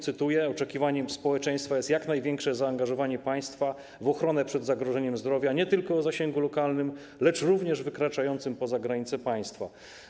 Cytuję: Oczekiwaniem społeczeństwa jest jak największe zaangażowanie państwa w ochronę przed zagrożeniem zdrowia, nie tylko o zasięgu lokalnym, lecz również wykraczającym poza granice państwa.